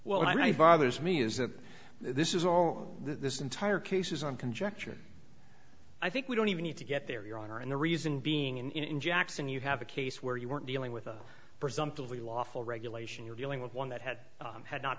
mean bothers me is that this is all this entire case is on conjecture i think we don't even need to get there your honor and the reason being in in jackson you have a case where you weren't dealing with a presumptively lawful regulation you're dealing with one that had had not